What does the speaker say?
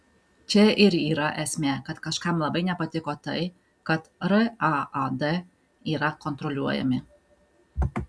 čia ir yra esmė kad kažkam labai nepatiko tai kad raad yra kontroliuojami